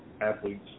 athletes